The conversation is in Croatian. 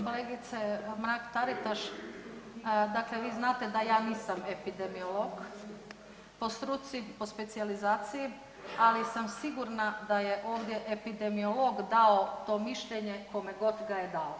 Kolegice Mrak Taritaš dakle vi znate da ja nisam epidemiolog po struci, po specijalizaciji, ali sam sigurna da je epidemiolog dao to mišljenje kome god ga je dao.